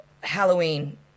Halloween